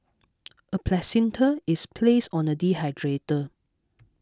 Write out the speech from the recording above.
a placenta is placed on a dehydrator